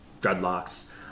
dreadlocks